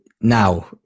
now